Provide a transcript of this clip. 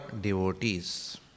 devotees